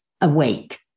awake